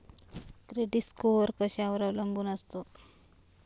Credit score कशावर अवलंबून असतो?